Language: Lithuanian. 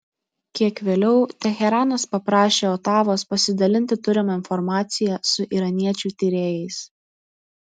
kiek vėliau teheranas paprašė otavos pasidalinti turima informacija su iraniečių tyrėjais